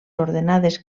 ordenades